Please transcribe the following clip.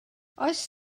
oes